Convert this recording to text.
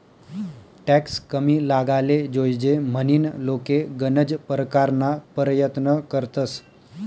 tax कमी लागाले जोयजे म्हनीन लोके गनज परकारना परयत्न करतंस